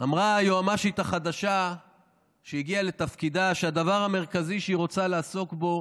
אמרה היועמ"שית החדשה שהגיעה לתפקידה שהדבר המרכזי שהיא רוצה לעסוק בו